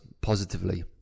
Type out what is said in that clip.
positively